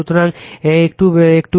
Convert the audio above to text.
সুতরাং একটু একটু